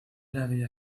había